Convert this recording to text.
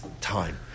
time